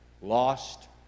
lost